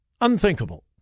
Unthinkable